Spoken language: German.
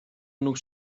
genug